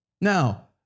Now